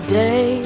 day